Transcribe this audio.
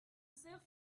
save